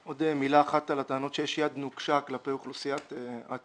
עוד מילה אחת על הטענות לפיהן יש יד נוקשה כלפי אוכלוסיית העצמאים.